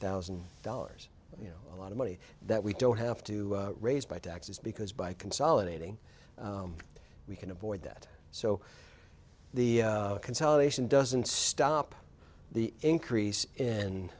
thousand dollars you know a lot of money that we don't have to raise by taxes because by consolidating we can avoid that so the consolidation doesn't stop the increase